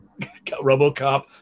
Robocop